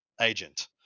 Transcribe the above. agent